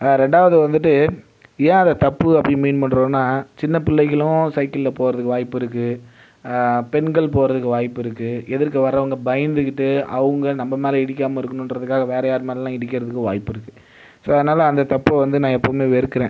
இரண்டாவது வந்துட்டு ஏன் அது தப்பு அப்படின்னு மீன் பண்ணுறோம்னா சின்னப் பிள்ளைகளும் சைக்கிள்ல போகிறது வாய்ப்பு இருக்குது பெண்கள் போகிறதுக்கு வாய்ப்பு இருக்குது எதிர்க்க வரவங்க பயந்துட்டு அவங்க நம்ம மேலே இடிக்காமல் இருக்கணும்ன்றதுக்காக வேற யார் மேல இடிக்குறதுக்கும் வாய்ப்பு இருக்குது சோ அதனால் அந்த தப்பை வந்து நான் எப்பவுமே வெறுக்கிறேன்